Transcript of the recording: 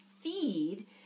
feed